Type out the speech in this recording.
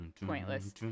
pointless